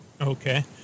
okay